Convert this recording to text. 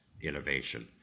innovation